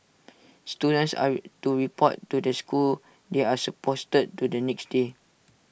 students are re to report to the school they are supposed to the next day